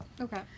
Okay